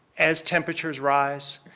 as temperatures rise,